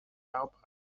helper